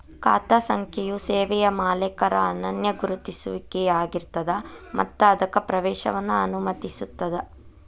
ಖಾತಾ ಸಂಖ್ಯೆಯು ಸೇವೆಯ ಮಾಲೇಕರ ಅನನ್ಯ ಗುರುತಿಸುವಿಕೆಯಾಗಿರ್ತದ ಮತ್ತ ಅದಕ್ಕ ಪ್ರವೇಶವನ್ನ ಅನುಮತಿಸುತ್ತದ